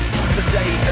Today